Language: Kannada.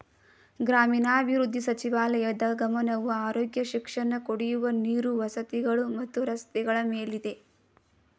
ಗ್ರಾಮೀಣಾಭಿವೃದ್ಧಿ ಸಚಿವಾಲಯದ್ ಗಮನವು ಆರೋಗ್ಯ ಶಿಕ್ಷಣ ಕುಡಿಯುವ ನೀರು ವಸತಿಗಳು ಮತ್ತು ರಸ್ತೆಗಳ ಮೇಲಿದೆ